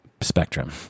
spectrum